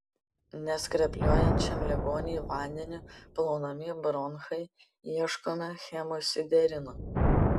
neskrepliuojančiam ligoniui vandeniu plaunami bronchai ieškoma hemosiderino